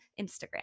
Instagram